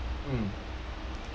oh